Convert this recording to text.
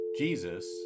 Jesus